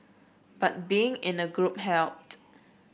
but being in a group helped